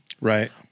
Right